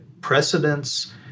precedents